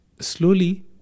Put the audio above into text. slowly